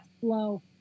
flow